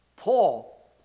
Paul